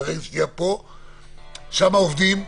ועם הרגל השנייה בעיר השנייה שם עובדים,